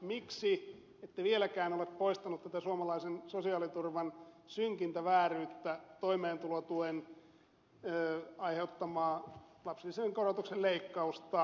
miksi ette vieläkään ole poistanut tätä suomalaisen sosiaaliturvan synkintä vääryyttä toimeentulotuen aiheuttamaa lapsilisän korotuksen leikkausta